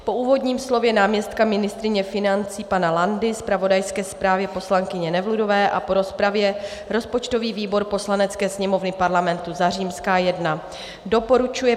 Po úvodním slově náměstka ministryně financí pana Landy, zpravodajské zprávě poslankyně Nevludové a po rozpravě rozpočtový výbor Poslanecké sněmovny Parlamentu za prvé doporučuje